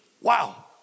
Wow